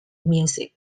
music